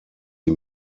sie